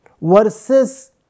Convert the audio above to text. versus